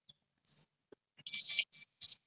I don't know it was like at least ten percent